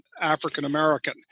African-American